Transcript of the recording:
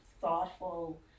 thoughtful